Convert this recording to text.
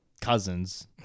cousins